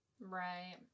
Right